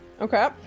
Okay